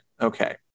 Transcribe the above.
okay